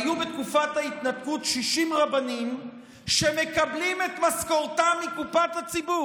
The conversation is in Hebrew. היו בתקופת ההתנתקות 60 רבנים שמקבלים את משכורתם מקופת הציבור,